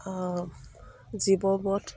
জীৱ বধ